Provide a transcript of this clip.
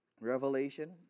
Revelation